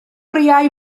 oriau